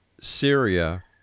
Syria